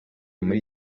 muri